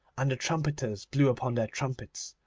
and the trumpeters blew upon their trumpets,